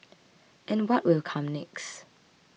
and what will come next